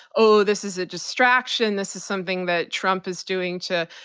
oh, this is a distraction, this is something that trump is doing to,